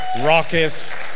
raucous